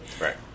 right